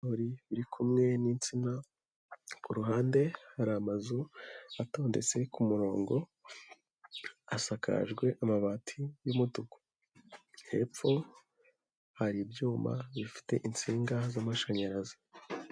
Ibigori biri kumwe n'insina, ku ruhande hari amazu atondetse ku murongo, asakajwe amabati y'umutuku. Hepfo hari ibyuma bifite insinga z'amashanyarazi.